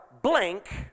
blank